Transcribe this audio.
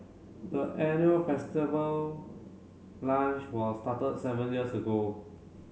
the annual festival lunch was started seven years ago